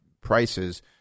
prices